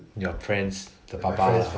your friends 的爸爸 lah